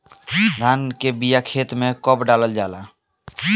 धान के बिया खेत में कब डालल जाला?